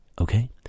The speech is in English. okay